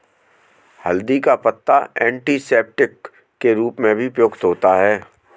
हल्दी का पत्ता एंटीसेप्टिक के रूप में भी प्रयुक्त होता है